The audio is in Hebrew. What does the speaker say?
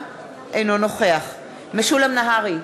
אינו נוכח משולם נהרי,